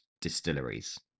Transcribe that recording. distilleries